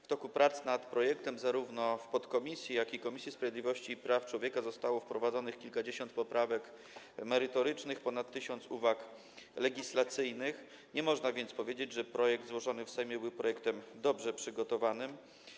W toku prac nad projektem zarówno w podkomisji, jak i w Komisji Sprawiedliwości i Praw Człowieka zostało wprowadzonych kilkadziesiąt poprawek merytorycznych, zgłoszono ponad 1 tys. uwag legislacyjnych, nie można więc powiedzieć, że projekt złożony w Sejmie był projektem dobrze przygotowanym.